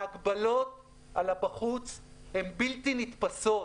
ההגבלות על הישיבה בחוץ הן בלתי- נתפשות.